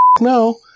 no